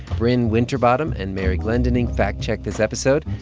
brin winterbottom and mary glendinning fact-checked this episode.